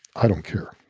i don't care.